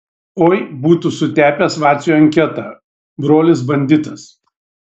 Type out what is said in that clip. oi būtų sutepęs vaciui anketą brolis banditas